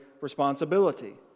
responsibility